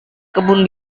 kebun